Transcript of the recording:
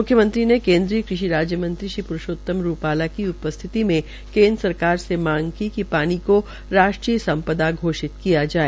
मुख्यमंत्री ने केन्द्रीय कृषि राज्य मंत्री श्री प्रूषोतम रूपाल की उपस्थिति में केन्द्र सरकार से माग की कि पानी को राष्ट्रीय संपदा घोषित किया जाय